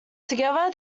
together